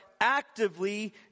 actively